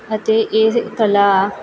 ਅਤੇ ਇਹ ਕਲਾ